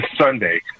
Sunday